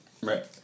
Right